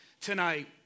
tonight